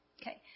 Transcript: Okay